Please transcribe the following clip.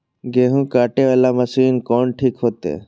गेहूं कटे वाला मशीन कोन ठीक होते?